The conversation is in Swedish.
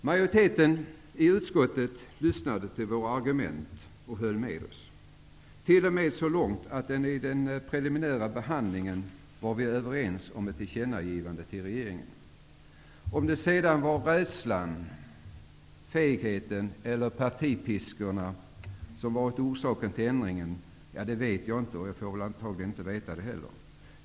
Majoriteten i utskottet lyssnade till våra argument och höll med oss, t.o.m. så långt att vi i den preliminära behandlingen var överens om ett tillkännagivande till regeringen. Om det sedan var rädslan, fegheten eller partipiskorna som var orsaken till ändringen vet jag inte, och jag får väl antagligen inte veta det heller.